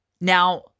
Now